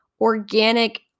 organic